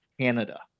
Canada